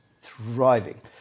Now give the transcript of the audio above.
thriving